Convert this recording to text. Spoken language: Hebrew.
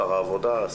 שר העבודה,